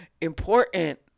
important